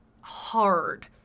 hard